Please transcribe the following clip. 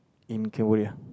in Cambodia